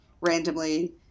randomly